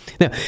Now